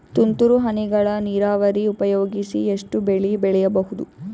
ತುಂತುರು ಹನಿಗಳ ನೀರಾವರಿ ಉಪಯೋಗಿಸಿ ಎಷ್ಟು ಬೆಳಿ ಬೆಳಿಬಹುದು?